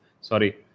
Sorry